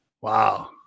Wow